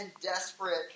desperate